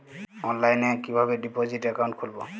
অনলাইনে কিভাবে deposit account খুলবো?